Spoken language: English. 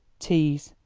teas,